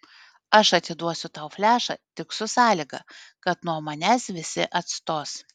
aš atiduosiu tau flešą tik su sąlyga kad nuo manęs visi atstos